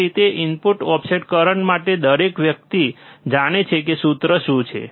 તેથી તે input offset current માટે દરેક વ્યક્તિ જાણે છે કે સૂત્ર શું છે